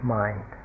mind